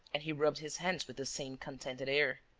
and he rubbed his hands with the same contented air.